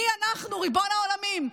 מי אנחנו, ריבון העולמים?